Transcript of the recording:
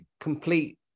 complete